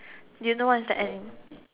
do you what's the animal